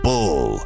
Bull